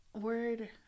word